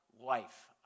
life